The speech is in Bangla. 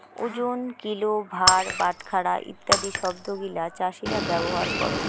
ওজন, কিলো, ভার, বাটখারা ইত্যাদি শব্দ গিলা চাষীরা ব্যবহার করঙ